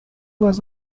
was